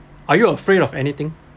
are you afraid of anything